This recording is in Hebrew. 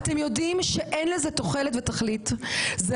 אתם יודעים שאין לזה תוחלת ותכלית וזה